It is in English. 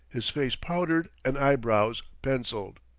his face powdered, and eyebrows pencilled.